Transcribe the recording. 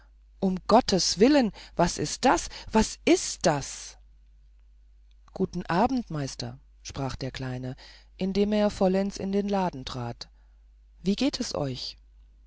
um gottes willen was ist das was ist das guten abend meister sprach der kleine indem er vollends in den laden trat wie geht es euch